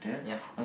ya